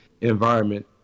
environment